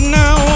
now